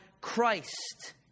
Christ